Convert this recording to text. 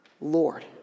Lord